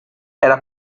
era